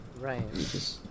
Right